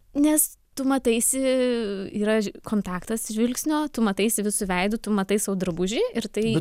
nes tu mataisi yra kontaktas žvilgsnio tu mataisi visu veidu tu matai sau drabužį ir tai